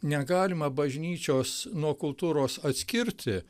negalima bažnyčios nuo kultūros atskirti